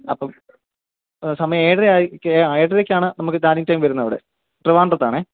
അപ്പം സമയം ഏഴ് അരയ്ക്ക് ഏഴ് അരയ്ക്കാണ് നമുക്ക് ലാൻറ്റിഗ് ടൈം വരുന്നു അവിടെ ട്രിവാൻഡ്രത്താണ്